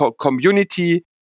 community